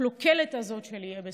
והקלוקלת הזו של "יהיה בסדר".